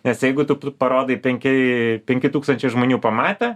nes jeigu tu parodai penki penki tūkstančiai žmonių pamatė